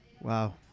wow